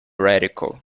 radical